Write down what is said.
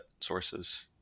sources